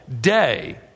day